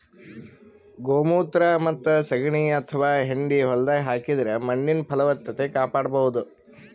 ಗೋಮೂತ್ರ ಮತ್ತ್ ಸಗಣಿ ಅಥವಾ ಹೆಂಡಿ ಹೊಲ್ದಾಗ ಹಾಕಿದ್ರ ಮಣ್ಣಿನ್ ಫಲವತ್ತತೆ ಕಾಪಾಡಬಹುದ್